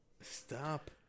stop